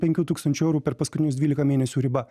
penkių tūkstančių eurų per paskutinius dvylika mėnesių riba